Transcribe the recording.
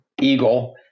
Eagle